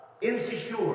insecure